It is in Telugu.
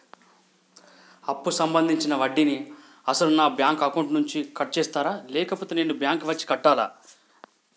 అప్పు సంబంధించిన వడ్డీని అసలు నా బ్యాంక్ అకౌంట్ నుంచి కట్ చేస్తారా లేకపోతే నేను బ్యాంకు వచ్చి కట్టాలా?